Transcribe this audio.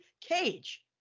cage